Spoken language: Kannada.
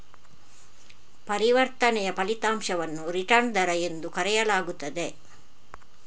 ಪರಿವರ್ತನೆಯ ಫಲಿತಾಂಶವನ್ನು ರಿಟರ್ನ್ ದರ ಎಂದು ಕರೆಯಲಾಗುತ್ತದೆ